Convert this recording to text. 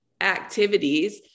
activities